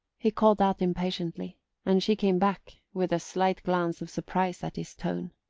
he called out impatiently and she came back, with a slight glance of surprise at his tone.